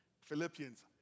Philippians